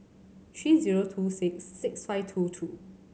three zero two six six five two two